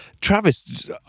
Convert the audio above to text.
travis